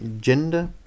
gender